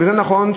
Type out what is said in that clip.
וזה נכון,